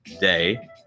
Day